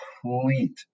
complete